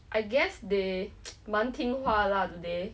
I guess they 蛮听话 lah today